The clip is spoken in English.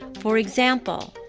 for example,